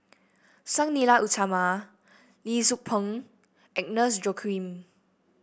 Sang Nila Utama Lee Tzu Pheng Agnes Joaquim